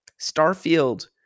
Starfield